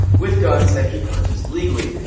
with guns that he purchased legally.